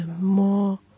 more